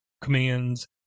commands